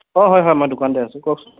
অঁ হয় হয় মই দোকানতে আছো কওকচোন